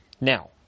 Now